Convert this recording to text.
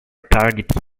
target